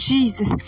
Jesus